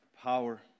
power